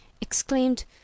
exclaimed